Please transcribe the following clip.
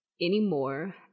anymore